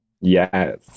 yes